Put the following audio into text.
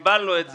קיבלנו את זה,